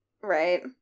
right